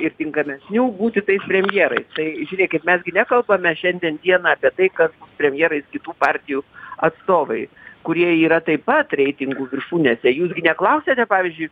ir tinkamesnių būti tais premjerais tai žiūrėkit mes gi nekalbame šiandien dieną apie tai kad premjerais kitų partijų atstovai kurie yra taip pat reitingų viršūnėse jūs gi neklausiate pavyzdžiui